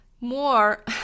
more